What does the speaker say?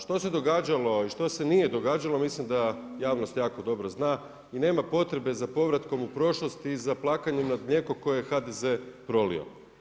Što se događalo i što se nije događalo, mislim da javnost jako dobro zna i nema potrebe za povratkom u prošlost i za plakanjem nad mlijekom koje je HDZ prolio.